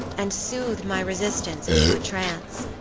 and soothed my resistance into a trance,